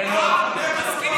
תן לו,